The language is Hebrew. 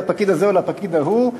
לפקיד הזה או לפקיד ההוא,